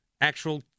actual